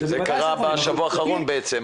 --- שזה קרה בשבוע האחרון בעצם,